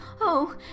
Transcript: Oh